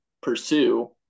pursue